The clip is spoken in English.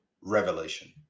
revelation